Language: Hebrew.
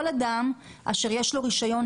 כל אדם שיש לו היום רישיון,